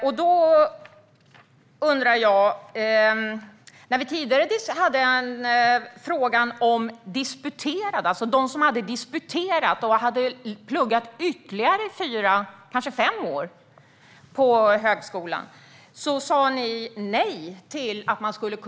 Ni sa tidigare nej till att korta studietiden för dem som har disputerat, som har pluggat i ytterligare fyra, kanske fem, år på högskolan.